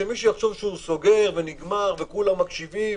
שמישהו חושב שהוא סוגר וכולם מקשיבים.